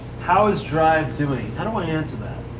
how is drive doing? i don't want to answer that.